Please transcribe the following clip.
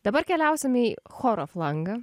dabar keliausim į choro flangą